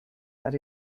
that